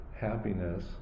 happiness